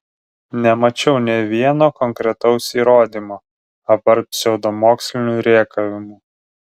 nemačiau nė vieno konkretaus įrodymo apart pseudomokslinių rėkavimų